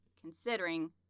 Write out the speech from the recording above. considering